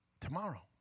Tomorrow